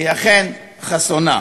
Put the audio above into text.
היא אכן חסונה.